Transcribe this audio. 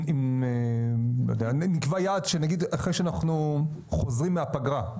אם נקבע יעד שנגיד אחרי שאנחנו חוזרים מהפגרה,